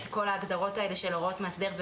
את כל ההגדרות האלה של הוראות מאסדר.